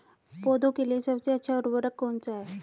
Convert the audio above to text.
पौधों के लिए सबसे अच्छा उर्वरक कौन सा है?